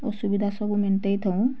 ଅସୁବିଧା ସବୁ ମେଣ୍ଟାଇ ଥାଉ